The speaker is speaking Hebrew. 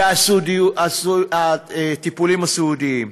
והמטופלים הסיעודיים,